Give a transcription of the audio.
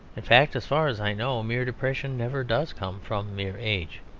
in fact, as far as i know, mere depression never does come from mere age.